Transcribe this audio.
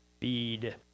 feed